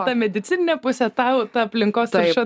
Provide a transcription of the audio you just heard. ta medicininė pusė tau aplinkos tarša